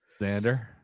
Xander